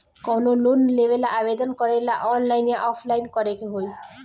कवनो लोन लेवेंला आवेदन करेला आनलाइन या ऑफलाइन करे के होई?